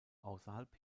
außerhalb